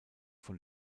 von